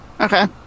Okay